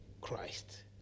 Christ